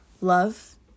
Love